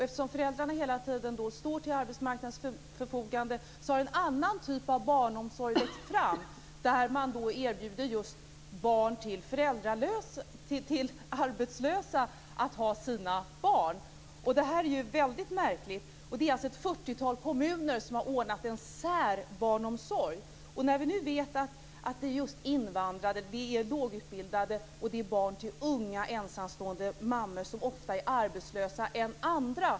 Eftersom föräldrarna hela tiden står till arbetsmarknadens förfogande, har en annan typ av barnomsorg växt fram där man erbjuder just de arbetslösa att ha sina barn. Det här är väldigt märkligt. Det är ett fyrtiotal kommuner som har ordnat en "särbarnomsorg". Vi vet att invandrare, lågutbildade och unga ensamstående mammor är arbetslösa oftare än andra.